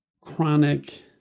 chronic